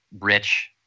rich